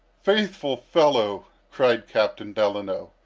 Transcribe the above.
faithful fellow! cried captain delano.